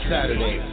Saturday